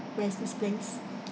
where's this place